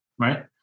Right